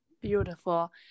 Beautiful